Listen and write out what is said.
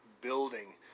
building